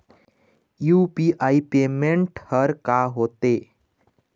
UPI payment हर का होते?